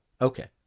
Okay